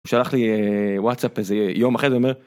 הוא שלח לי וואטסאפ איזה יום אחר.